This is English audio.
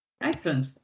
Excellent